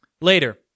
Later